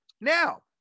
Now